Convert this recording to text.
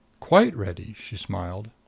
quite ready, she smiled.